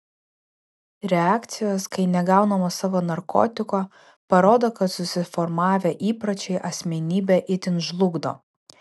reakcijos kai negaunama savo narkotiko parodo kad susiformavę įpročiai asmenybę itin žlugdo